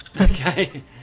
Okay